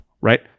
right